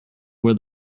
where